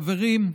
חברים,